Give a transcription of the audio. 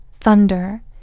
Thunder